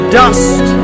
dust